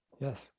yes